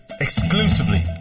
exclusively